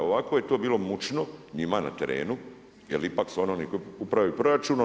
A ovako je to bilo mučno njima na terenu jer ipak su oni koji upravljaju proračunom.